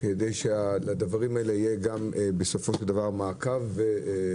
כדי שלדברים האלה יהיה גם בסופו של דבר מעקב וגם